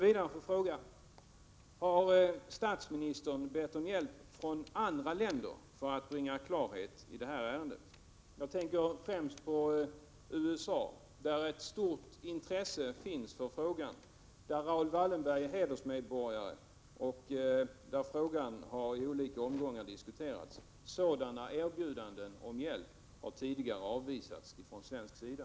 Låt mig fråga: Har statsministern bett andra länder om hjälp för att bringa klarhet i detta ärende? Jag tänker främst på USA, där ett stort intresse finns för frågan. Raoul Wallenberg är ju hedersmedborgare i USA, och frågan har däri olika omgångar diskuterats. Erbjudanden om hjälp därifrån har tidigare avvisats från svensk sida.